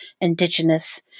Indigenous